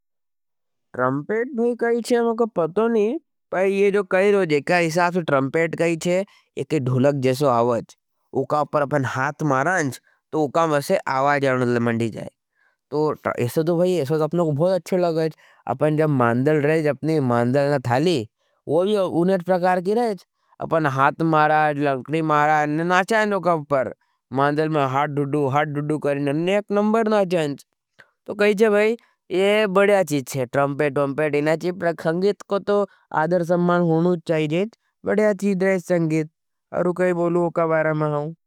ट्रमपेट भाई कही छे मैंका पतो नहीं। पर ये जो कही रहो जेका इसाफ़ से ट्रमपेट कही छे ये कही धुलक जैसो आवज। उकाव पर आपने हाथ मारांज तो उकाव मैसे आवज आवने लमंडी जाए। तो इससे तो भाई इससे तो अपने को बहुत अच्छो लगाएँ। अपन जब मांदल रहें जबनी मांदल न थाली वो भी उन्हें प्रकार की रहें। अपन हाथ मारांज, लक्षि मारांज न नाचेंज उकाव पर। मांदल में हाट डुडू हाट डुडू करें न नेक नंबर न चेंज। तो कही जे भाई ये बड़या चीज़ हज, ट्रॉंपेट ट्रॉंपेट इना चीज़, प्रकखंगीत को तो आधर सम्मान हुनुझ चेज़ेंज। बड़या चीज़ हज संगीत, अरु कही बोलू ओका बारा महाँ।